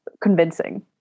convincing